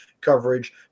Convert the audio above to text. coverage